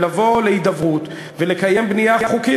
לבוא להידברות ולקיים בנייה חוקית,